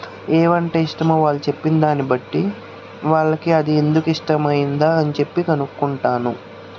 ఏ వంట ఇష్టమో వాళ్ళు చెప్పిన దాన్ని బట్టి వాళ్ళకి అది ఎందుకు ఇష్టం అయ్యింది అని కనుకుంటాను